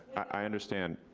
i understand,